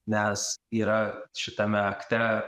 nes yra šitame akte